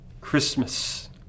Christmas